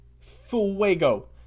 fuego